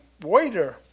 waiter